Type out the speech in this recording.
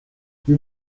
you